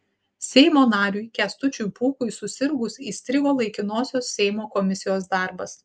seimo nariui kęstučiui pūkui susirgus įstrigo laikinosios seimo komisijos darbas